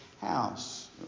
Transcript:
house